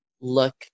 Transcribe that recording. look